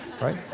right